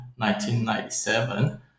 1997